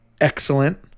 excellent